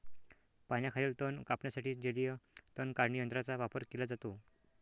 पाण्याखालील तण कापण्यासाठी जलीय तण काढणी यंत्राचा वापर केला जातो